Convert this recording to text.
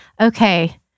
okay